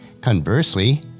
Conversely